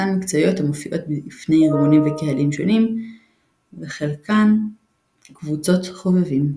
חלקן מקצועיות המופיעות בפני ארגונים וקהלים שונים וחלקן קבוצות חובבים.